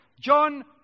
John